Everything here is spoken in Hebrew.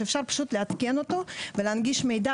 שאפשר פשוט לעדכן אותו ולהנגיש מידע,